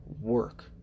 work